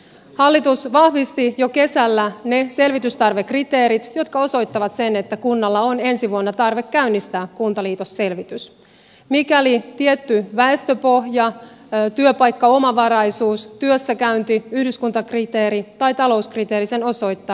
hallitus vahvisti jo kesällä ne selvitystarvekriteerit jotka osoittavat sen että kunnalla on ensi vuonna tarve käynnistää kuntaliitosselvitys mikäli tietty väestöpohja työpaikkaomavarai suus työssäkäynti yhdyskuntakriteeri tai talouskriteeri sen osoittaa